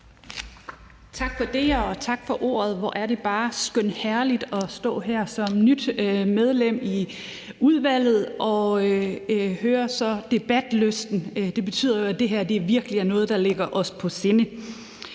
Tak for det, tak for ordet. Hvor er det bare skønherligt at stå her som nyt medlem i udvalget og høre debatlysten. Det betyder jo, at det her virkelig er noget, der ligger os på sinde.